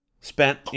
spent